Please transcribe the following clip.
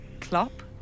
Klopp